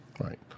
Right